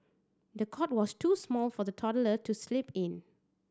the cot was too small for the toddler to sleep in